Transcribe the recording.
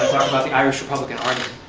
about the irish republican army.